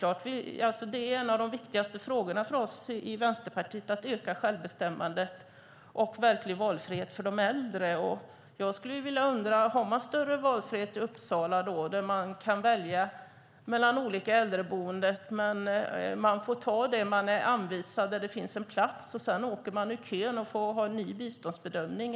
Att öka självbestämmandet och införa verklig valfrihet för de äldre är en av de viktigaste frågorna för oss i Vänsterpartiet. Jag undrar om man har större valfrihet i Uppsala. Där kan man välja mellan olika äldreboenden, men man får ta den plats man blir anvisad. Sedan åker man ur kön och får ha en ny biståndsbedömning.